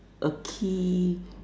a key